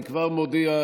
אני כבר מודיע,